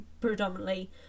predominantly